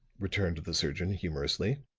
returned the surgeon humorously.